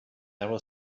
narrow